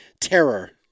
terror